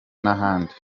n’ahandi